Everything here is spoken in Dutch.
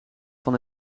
van